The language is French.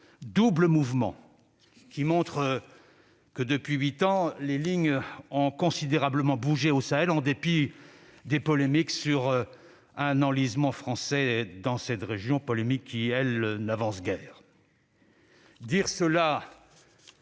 double mouvement montre que, depuis huit ans, les lignes ont considérablement bougé au Sahel, en dépit des polémiques sur un enlisement français dans cette région, polémiques qui, elles, n'avancent guère.